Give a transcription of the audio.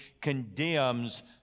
condemns